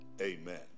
Amen